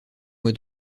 mois